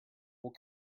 will